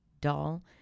doll